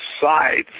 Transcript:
sides